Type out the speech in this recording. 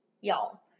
y'all